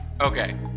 Okay